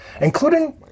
including